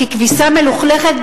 כי כביסה מלוכלכת,